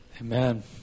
Amen